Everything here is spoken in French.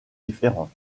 différent